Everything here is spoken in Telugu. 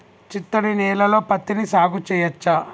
చిత్తడి నేలలో పత్తిని సాగు చేయచ్చా?